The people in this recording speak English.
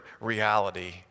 reality